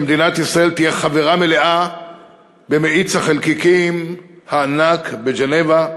שמדינת ישראל תהיה חברה מלאה במאיץ החלקיקים הענק בז'נבה,